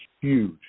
huge